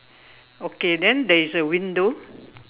okay then there is a window